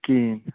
کِہیٖنۍ